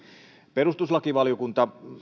perustuslakivaliokunta